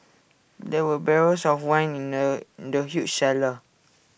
there were barrels of wine in the in the huge cellar